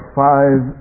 five